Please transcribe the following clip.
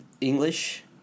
English